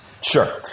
Sure